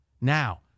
Now